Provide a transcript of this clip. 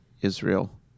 Israel